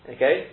Okay